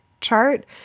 chart